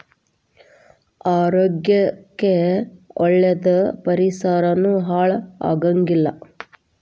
ಆರೋಗ್ಯ ಕ್ಕ ಒಳ್ಳೇದ ಪರಿಸರಾನು ಹಾಳ ಆಗಂಗಿಲ್ಲಾ